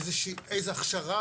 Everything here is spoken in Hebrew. איזו הכשרה